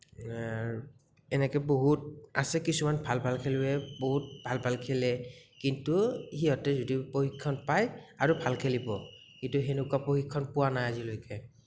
এনেকে বহুত আছে কিছুমান ভাল ভাল খেলুৱৈ বহুত ভাল ভাল খেলে কিন্তু সিহঁতে যদিও প্ৰশিক্ষণ পায় আৰু ভাল খেলিব কিন্তু সেনেকুৱা প্ৰশিক্ষণ পোৱা নাই আজিলৈকে